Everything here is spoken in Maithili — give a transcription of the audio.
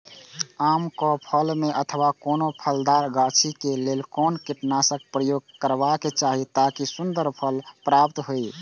आम क फल में अथवा कोनो फलदार गाछि क लेल कोन कीटनाशक प्रयोग करबाक चाही ताकि सुन्दर फल प्राप्त हुऐ?